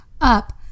up